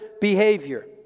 behavior